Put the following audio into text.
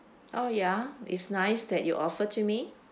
oh ya it's nice that you offered to me